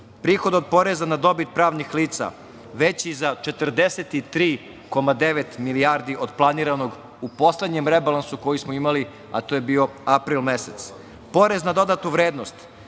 prihod od poreza na dobit pravnih lica veći za 43,9 milijardi od planiranog u poslednjem rebalansu koji smo imali, a to je bio april mesec, porez na dodatu vrednost